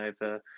over